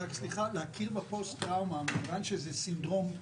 להכיר בפוסט-טראומה מכיוון שזה סינדרום,